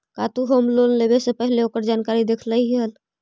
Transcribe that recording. का तु home loan लेवे से पहिले ओकर जानकारी देखलही हल?